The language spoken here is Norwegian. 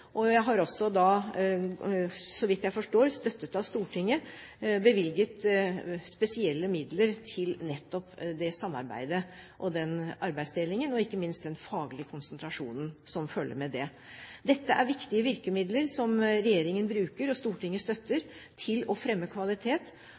store. Jeg har, så vidt jeg forstår støttet av Stortinget, bevilget spesielle midler til nettopp det samarbeidet og den arbeidsdelingen og ikke minst den faglige konsentrasjonen som følger med det. Dette er viktige virkemidler som regjeringen bruker og Stortinget støtter